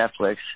Netflix